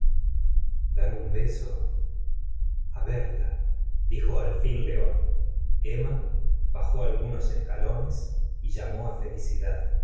dar un beso it berta dijo al fin león emma bajó algunos escalones y llamó felicidad